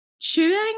Chewing